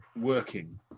working